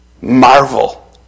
marvel